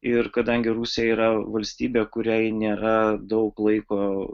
ir kadangi rusija yra valstybė kuriai nėra daug laiko